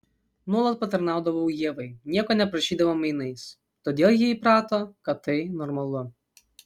nuolat patarnaudavau ievai nieko neprašydama mainais todėl ji įprato kad tai normalu